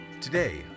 Today